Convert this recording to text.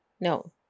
No